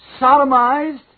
sodomized